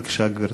בבקשה, גברתי.